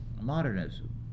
modernism